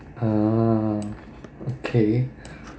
!huh! okay